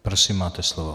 Prosím, máte slovo.